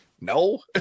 no